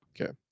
Okay